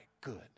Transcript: good